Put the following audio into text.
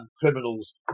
criminals